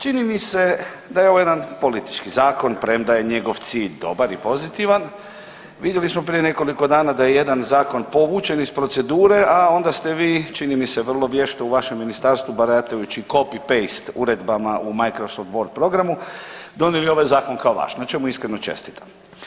Čini mi se da je ovo jedan politički zakon, premda je njegov cilj dobar i pozitivan vidjeli smo prije nekoliko dana da je jedan zakon povučen iz procedure, a onda ste vi čini mi se vrlo vješto u vašem ministarstvu baratajući copy paste uredbama u Microsoft word programu donijeli ovaj Zakon kao vaš, na čemu iskreno čestitam.